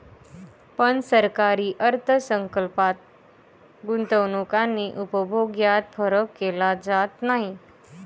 पण सरकारी अर्थ संकल्पात गुंतवणूक आणि उपभोग यात फरक केला जात नाही